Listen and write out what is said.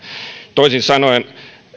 toisin sanoen